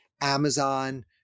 Amazon